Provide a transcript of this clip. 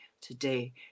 today